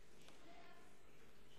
לסדר-היום.